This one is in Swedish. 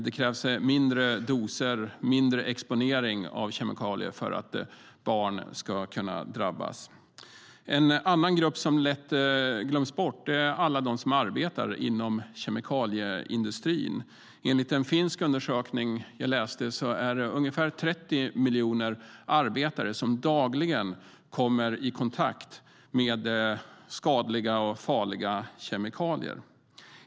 Det krävs mindre doser, mindre exponering, av kemikalier för att barn ska drabbas. En annan grupp som lätt glöms bort är alla de som arbetar inom kemikalieindustrin. Enligt en finsk undersökning som jag har läst kommer ungefär 30 miljoner arbetare dagligen i kontakt med skadliga och farliga kemikalier.